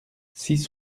six